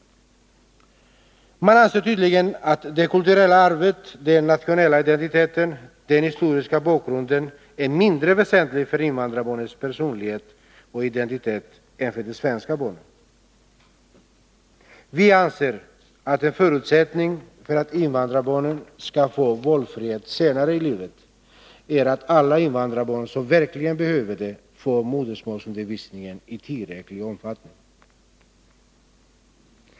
Man anser tydligen att det kulturella arvet, den nationella identiteten, den historiska bakgrunden, är mindre väsentliga för invandrarbarnens personlighet och identitet än för de svenska barnen. Vi anser att en förutsättning för att invandrarbarnen skall få valfrihet senare i livet är att alla invandrarbarn som verkligen behöver det får modermålsundervisning i tillräcklig omfattning.